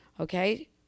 okay